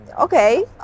okay